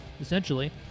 essentially